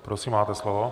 Prosím, máte slovo.